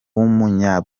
w’umunya